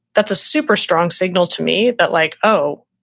that's a super strong signal to me that like, oh,